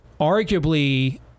arguably